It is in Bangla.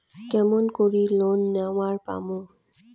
কেমন করি লোন নেওয়ার পামু?